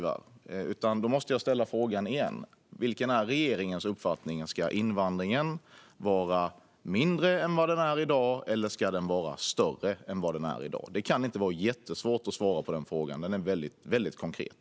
Därför måste jag ställa frågan igen: Vilken är regeringens uppfattning? Ska invandringen vara mindre än den är i dag, eller ska den vara större än vad den är i dag? Det kan inte vara jättesvårt att svara på den frågan. Den är väldigt konkret.